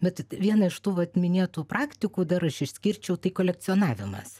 bet vieną iš tų vat minėtų praktikų dar aš išskirčiau tai kolekcionavimas